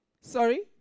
sorry